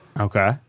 Okay